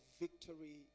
victory